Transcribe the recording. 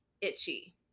itchy